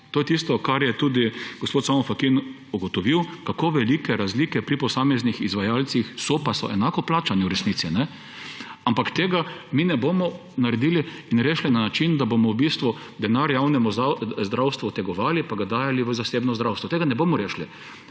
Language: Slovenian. To je tisto, kar je tudi gospod Samo Fakin ugotovil, kako velike razlike pri posameznih izvajalcih so, pa so enako plačani v resnici. Ampak tega mi ne bomo naredili in rešili na način, da bomo v bistvu denar javnemu zdravstvu odtegovali pa ga dajali v zasebno zdravstvo, tega ne bomo rešili.